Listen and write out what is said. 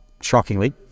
shockingly